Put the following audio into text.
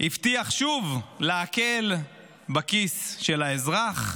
הבטיח שוב להקל בכיס של האזרח,